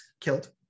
killed